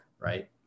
right